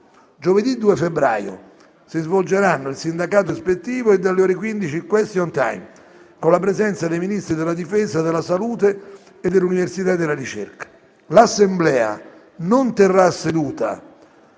Giovedì 2 febbraio si svolgeranno il sindacato ispettivo e, alle ore 15, il *question time* con la presenza dei Ministri della difesa, della salute e dell'università e della ricerca. L'Assemblea non terrà seduta